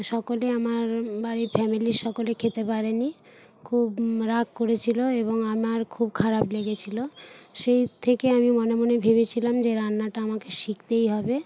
সকলে আমার বাড়ির ফ্যামিলির সকলে খেতে পারেনি খুব রাগ করেছিল এবং আমার খুব খারাপ লেগেছিল সেই থেকে আমি মনে মনে ভেবেছিলাম যে রান্নাটা আমাকে শিখতেই হবে